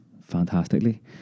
fantastically